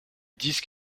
disque